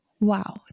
Wow